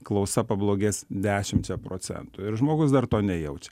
klausa pablogės dešimčia procentų ir žmogus dar to nejaučia